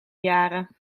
jaren